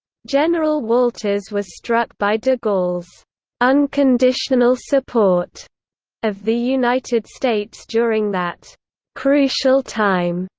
general walters was struck by de gaulle's unconditional support of the united states during that crucial time.